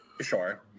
Sure